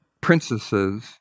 princesses